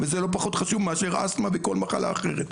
וזה לא פחות חשוב מאשר אסתמה וכל מחלה אחרת,